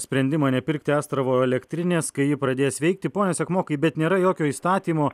sprendimą nepirkti astravo elektrinės kai ji pradės veikti pone sekmokai bet nėra jokio įstatymo